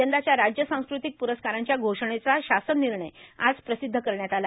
यंदाच्या राज्य सांस्कृतिक प्रस्कारांच्या घोषणेचा शासन निर्णय आज प्रसिध्द करण्यात आला